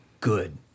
good